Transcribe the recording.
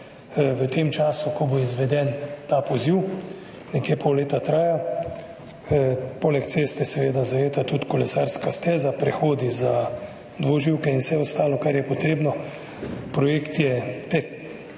v tem času, ko bo izveden ta poziv. Nekje pol leta traja, poleg cest je seveda zajeta tudi kolesarska steza, prehodi za dvoživke in vse ostalo, kar je potrebno. Projekt je težek